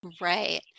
Right